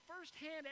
firsthand